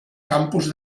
campus